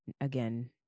again